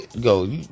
go